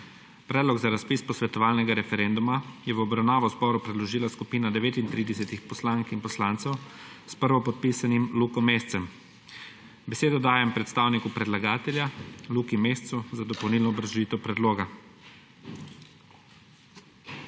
Predlog za razpis posvetovalnega referenduma je v obravnavo Državnemu zboru predložila skupina 39 poslank in poslancev s prvopodpisanim Luko Mescem. Besedo dajem predstavniku predlagatelja Luki Mescu za dopolnilno obrazložitev predloga.